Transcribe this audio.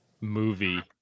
Movie